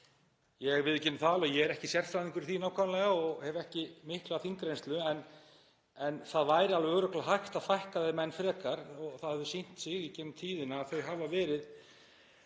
Ég viðurkenni að ég er ekki sérfræðingur í því nákvæmlega og hef ekki mikla þingreynslu en það væri alveg örugglega hægt að fækka þeim enn frekar. Það hefur sýnt sig í gegnum tíðina, frá